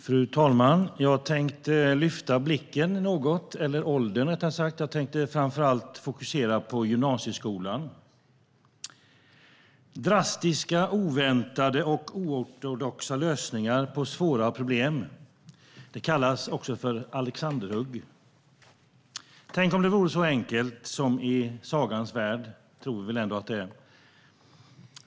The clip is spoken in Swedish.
Fru talman! Jag tänkte lyfta blicken något och gå upp i åldrarna något. Jag tänkte framför allt fokusera på gymnasieskolan. Drastiska, oväntade och oortodoxa lösningar på svåra problem kallas också för alexanderhugg. Tänk om det vore så enkelt som i sagans värld!